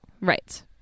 Right